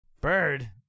Bird